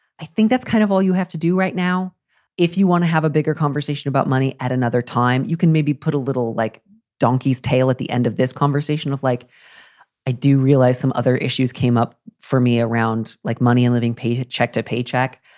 i think that's kind of all you have to do right now if you want to have a bigger conversation about money at another time. you can maybe put a little like donkey's tail at the end of this conversation. like i do realize some other issues came up for me around, like money and living paycheck to paycheck.